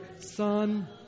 Son